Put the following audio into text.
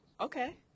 Okay